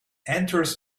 enters